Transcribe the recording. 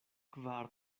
kvar